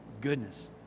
Goodness